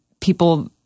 people